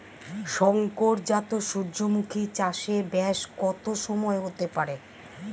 শংকর জাত সূর্যমুখী চাসে ব্যাস কত সময় হতে পারে?